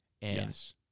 Yes